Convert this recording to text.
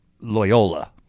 Loyola